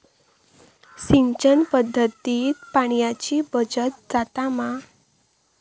सिंचन पध्दतीत पाणयाची बचत जाता मा?